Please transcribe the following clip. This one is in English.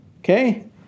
Okay